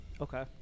Okay